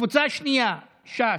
הקבוצה השנייה, קבוצת סיעת ש"ס,